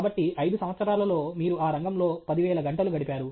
కాబట్టి 5 సంవత్సరాలలో మీరు ఆ రంగంలో 10000 గంటలు గడిపారు